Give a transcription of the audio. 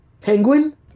Penguin